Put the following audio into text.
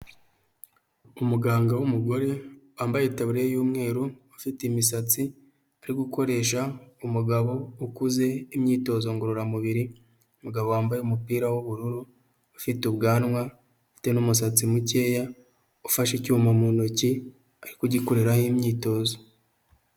Umuganga w'umugore wambaye itaburiya y'umweru, ufite imisatsi ari gukoresha, umugabo ukuze, imyitozo ngororamubiri, umugabo wambaye umupira w'ubururu, ufite ubwanwa afite n'umusatsi mukeya, ufashe icyuma mu ntoki, ari kugikoreraho imyitozo.